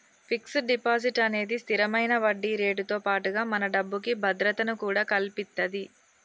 fixed deposit అనేది స్తిరమైన వడ్డీరేటుతో పాటుగా మన డబ్బుకి భద్రతను కూడా కల్పిత్తది